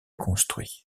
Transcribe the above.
construit